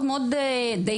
מאוד מאוד דייקנית.